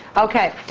okay.